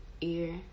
ear